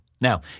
Now